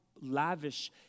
lavish